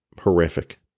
horrific